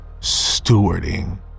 stewarding